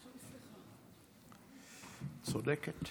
צודקת.